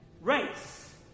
race